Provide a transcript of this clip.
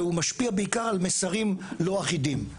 והוא משפיע בעיקר על מסרים לא אחידים,